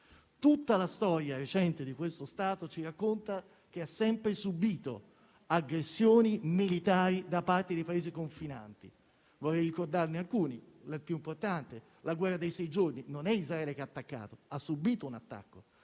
Tutta la storia recente di questo Stato ci racconta che ha sempre subito aggressioni militari da parte dei Paesi confinanti. Vorrei ricordarne alcune. La più importante fu la guerra dei sei giorni. In quel caso non è Israele che ha attaccato, ma ha subito un attacco;